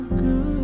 good